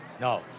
No